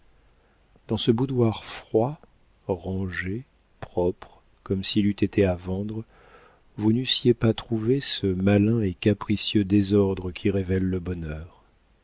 dans ce boudoir froid rangé propre comme s'il eût été à vendre vous n'eussiez pas trouvé ce malin et capricieux désordre qui révèle le bonheur